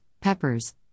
Peppers